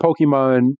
Pokemon